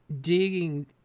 digging